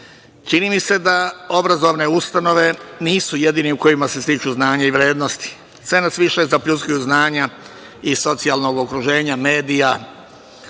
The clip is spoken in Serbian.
mi se da obrazovne ustanove nisu jedine u kojima se stiču znanja i vrednosti. Sve nas više zapljuskuju znanja iz socijalnog okruženja, medija,